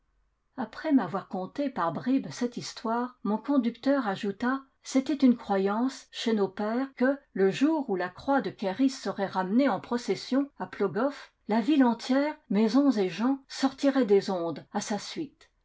après m'avoir conté par bribes cette histoire mon con ducteur ajouta c'était une croyance chez nos pères que le jour où la croix de ker is serait ramenée en procession à plogoff la ville entière maisons et gens sortirait des ondes à sa suite